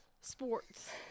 Sports